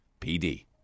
PD